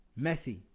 Messi